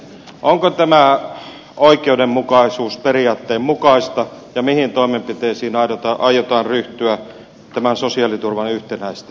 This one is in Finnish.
onko tämä oikeudenmukaisuusperiaatteen mukaista ja mihin toimenpiteisiin aiotaan ryhtyä tämän sosiaaliturvan yhtenäistämiseksi